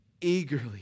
eagerly